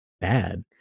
bad